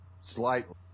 slightly